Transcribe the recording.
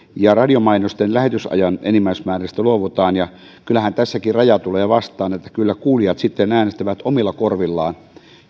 ja radiomainosten lähetysajan enimmäismääristä luovutaan kyllähän tässäkin raja tulee vastaan kyllä kuulijat sitten äänestävät omilla korvillaan